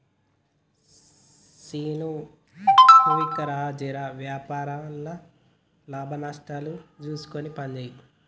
సీనూ, నువ్వన్నా జెర వ్యాపారంల లాభనష్టాలు జూస్కొని పనిజేయి